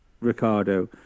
Ricardo